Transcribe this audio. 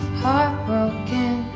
heartbroken